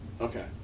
Okay